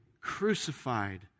crucified